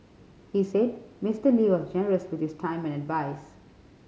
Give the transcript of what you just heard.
he said Mister Lee was generous with his time and advise